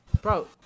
Bro